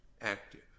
active